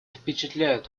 впечатляет